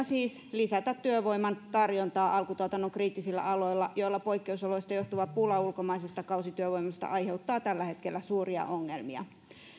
siis lisätä työvoiman tarjontaa alkutuotannon kriittisillä aloilla joilla poikkeusoloista johtuva pula ulkomaisesta kausityövoimasta aiheuttaa tällä hetkellä suuria ongelmia